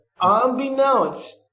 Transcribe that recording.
unbeknownst